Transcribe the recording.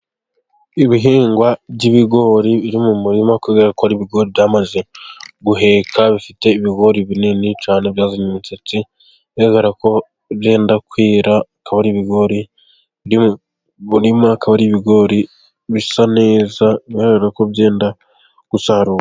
Ibihingwa by'ibigori biri mu murima kubera ko ari ibigori byamaze guheka, bifite ibigori binini cyane byazanye umusatsi bigaragara ko byenda kwera, akaba ari ibigori byo mu murima, akaba ari ibigori bisa neza, bigaragara ko byenda gusarurwa.